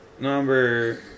Number